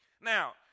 Now